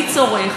מי צורך,